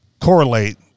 correlate